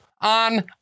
on